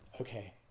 Okay